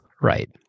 Right